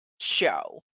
show